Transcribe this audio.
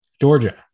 Georgia